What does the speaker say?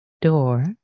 door